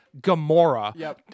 Gamora